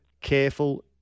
careful